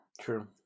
True